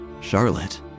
Charlotte